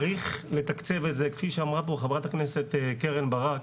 צריך לתקצב את זה כפי שאמרה פה חברת הכנסת קרן ברק,